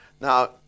Now